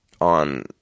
on